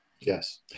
yes